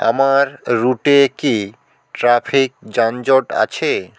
আমার রুটে কি ট্রাফিক যানজট আছে